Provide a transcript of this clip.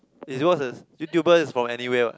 is because is YouTuber is from anywhere what